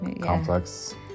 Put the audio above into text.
Complex